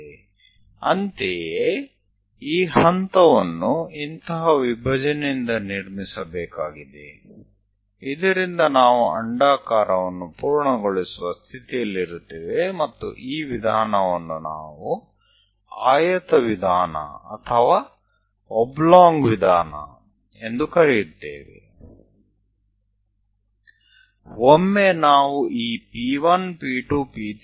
એ જ રીતે આ બિંદુ આ વિભાગો દ્વારા રચવું પડશે જેથી કોઈ પૂરું ઉપવલય રચી શકવાની સ્થિતિમાં આવે અને આ પદ્ધતિને આપણે લંબચોરસ પદ્ધતિ અથવા ઓબ્લોંગ પદ્ધતિ બોલાવીશું